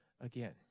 again